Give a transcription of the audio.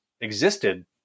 existed